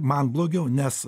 man blogiau nes